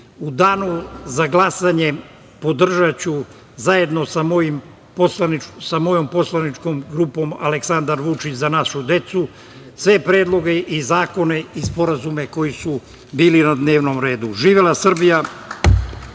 danu za glasanje podržaću, zajedno sa mojom Poslaničkom grupom Aleksandar Vučić – Za našu decu, sve predloge i zakone i sporazume koji su bili na dnevnom redu. Živela Srbija!